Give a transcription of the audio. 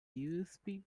usb